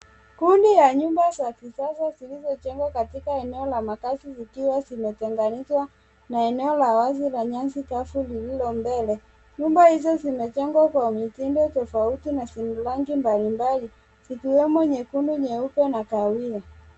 Kundi ya nyumba za kisasa zilizojengwa katika eneo la makazi zikiwa zimetenganishwa na eneo la wazi la nyasi kavu lililo mbele, nyumba hizo zimejengwa kwa mitindo tofauti na zenye rangi mbalimbali zikiwemo nyekundu nyeupe na kahawia.